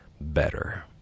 better